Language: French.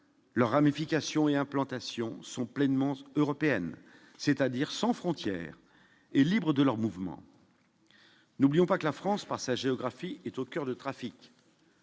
leurs ramifications et implantations sont pleinement européenne, c'est-à-dire sans frontières et libres de leurs mouvements, n'oublions pas que la France par sa géographie est au coeur de trafic